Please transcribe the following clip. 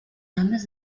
grandes